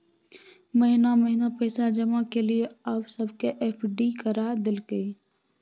महिना महिना पैसा जमा केलियै आब सबके एफ.डी करा देलकै